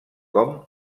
com